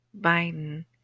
Biden